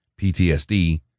PTSD